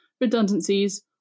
redundancies